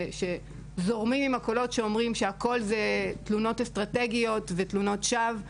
שזורמים עם הקולות שאומרים שהכל זה תלונות אסטרטגיות ותלונות שווא.